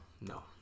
No